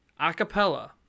Acapella